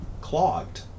clogged